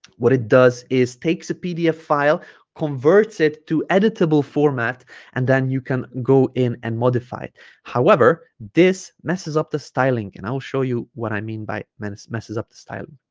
what it does is takes a pdf file converts it to editable format and then you can go in and modify it however this messes up the styling and i'll show you what i mean by messes messes up the style